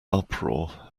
uproar